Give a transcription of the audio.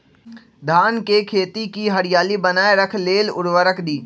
धान के खेती की हरियाली बनाय रख लेल उवर्रक दी?